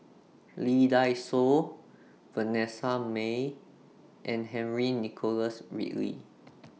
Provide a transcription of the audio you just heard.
Lee Dai Soh Vanessa Mae and Henry Nicholas Ridley